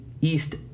East